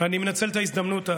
אני מנצל את ההזדמנות,